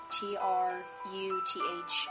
T-R-U-T-H